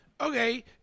Okay